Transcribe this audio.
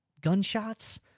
gunshots